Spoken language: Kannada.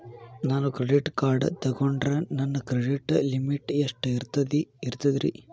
ನಾನು ಕ್ರೆಡಿಟ್ ಕಾರ್ಡ್ ತೊಗೊಂಡ್ರ ನನ್ನ ಕ್ರೆಡಿಟ್ ಲಿಮಿಟ್ ಎಷ್ಟ ಇರ್ತದ್ರಿ?